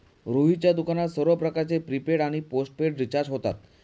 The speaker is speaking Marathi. रोहितच्या दुकानात सर्व प्रकारचे प्रीपेड आणि पोस्टपेड रिचार्ज होतात